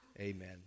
Amen